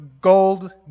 gold